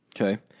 Okay